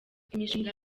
imishinga